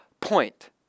point